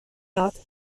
یاد